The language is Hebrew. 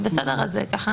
לגבי